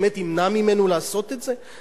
באמת ימנע ממנו לעשות את זה?